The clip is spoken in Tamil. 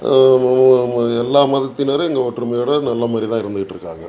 எல்லா மதத்தினரும் இங்கே ஒற்றுமையோடு நல்ல மாதிரி தான் இருந்துக்கிட்டிருக்காங்க